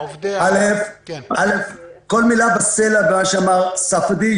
עובדי ה --- אל"ף, כל מילה בסלע ממה שאמר ספדי.